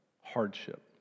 hardship